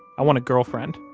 i want a girlfriend.